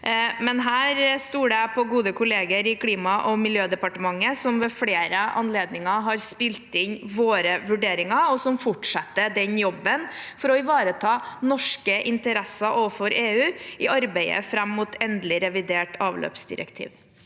Her stoler jeg på gode kollegaer i Klima- og miljødepartementet, som ved flere anledninger har spilt inn våre vurderinger, og som fortsetter den jobben for å ivareta norske interesser overfor EU i arbeidet fram mot endelig revidert avløpsdirektiv.